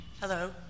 Hello